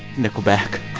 nickelback